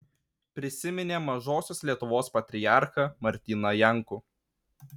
prisiminė mažosios lietuvos patriarchą martyną jankų